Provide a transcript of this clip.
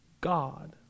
God